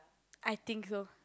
I think so